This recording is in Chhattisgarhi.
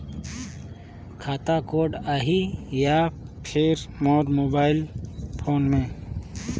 खाता कोड आही या फिर मोर मोबाइल फोन मे?